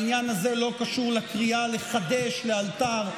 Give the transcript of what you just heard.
העניין הזה לא קשור לקריאה לחדש לאלתר,